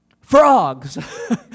frogs